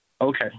Okay